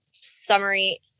summary